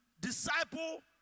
disciple